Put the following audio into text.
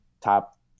top